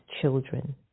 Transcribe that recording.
children